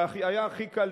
שהיה הכי קל,